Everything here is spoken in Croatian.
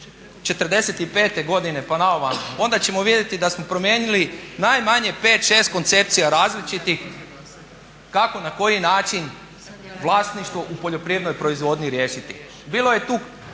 '45.godine pa ovamo onda ćemo vidjeti da smo promijenili najmanje 5, 6 koncepcija različitih kako na koji način vlasništvo u poljoprivrednoj proizvodnji riješiti. Bilo je tu